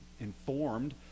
informed